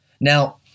Now